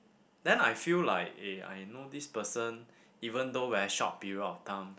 then I feel like eh I know this person even though very short period of time